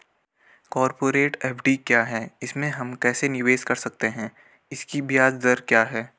Corporate FD क्या है इसमें हम कैसे निवेश कर सकते हैं इसकी ब्याज दर क्या है?